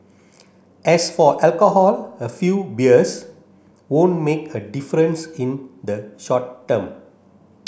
as for alcohol a few beers won't make a difference in the short term